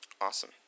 Awesome